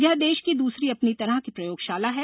यह देश की दूसरी अपनी तरह की प्रयोगशाला है